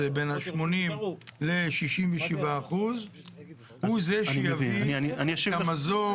בין ה-80% ל-67% הוא זה שיביא את המזור,